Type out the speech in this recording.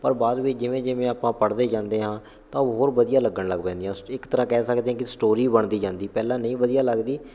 ਪਰ ਬਾਅਦ ਵੀ ਜਿਵੇਂ ਜਿਵੇਂ ਆਪਾਂ ਪੜ੍ਹਦੇ ਜਾਂਦੇ ਹਾਂ ਤਾਂ ਹੋਰ ਵਧੀਆ ਲੱਗਣ ਲੱਗ ਪੈਂਦੀਆਂ ਅਸੀਂ ਇੱਕ ਤਰ੍ਹਾਂ ਕਹਿ ਸਕਦੇ ਕਿ ਸਟੋਰੀ ਬਣਦੀ ਜਾਂਦੀ ਪਹਿਲਾਂ ਨਹੀਂ ਵਧੀਆ ਲੱਗਦੀ